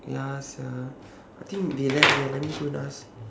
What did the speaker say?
ya sia I think they left already let me go and ask